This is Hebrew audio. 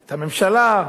את הממשלה,